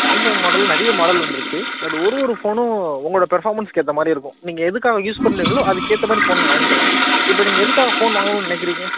Samsung model நிறைய model வந்திருக்கு but ஒரு ஒரு ஃபோனும் உங்களோடய பெர்ஃபாமன்ஸுக்கு ஏற்ற மாதிரி இருக்கும் நீங்கள் எதுக்காக யூஸ் பண்றீங்களோ அதுக்கு ஏற்ற மாதிரி ஃபோன் வாங்கிக்கலாம் இப்போது நீங்கள் எதுக்காக ஃபோன் வாங்கணும்னு நினைக்குறீங்க